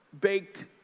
baked